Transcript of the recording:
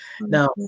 Now